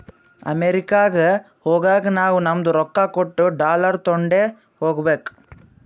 ಅಮೆರಿಕಾಗ್ ಹೋಗಾಗ ನಾವೂ ನಮ್ದು ರೊಕ್ಕಾ ಕೊಟ್ಟು ಡಾಲರ್ ತೊಂಡೆ ಹೋಗ್ಬೇಕ